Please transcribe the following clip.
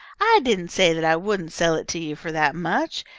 i didn't say that i wouldn't sell it to you for that much.